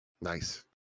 Nice